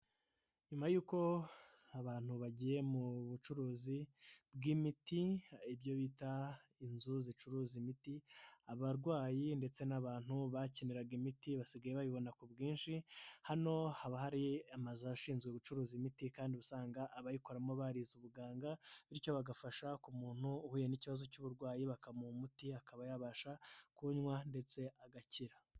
Nyuma yuko abantu bagiye mu bucuruzi bw'imiti, ibyo bita inzu zicuruza imiti, abarwayi ndetse n'abantu bakeneraga imiti basigaye bayibona ku bwinshi, hano haba hari amazu ashinzwe gucuruza imiti kandi usanga abayikoramo barize ubuganga bityo bagafasha ku muntu uhuye n'ikibazo cy'uburwayi bakamuha umuti, akaba yabasha kunywa ndetse agakira.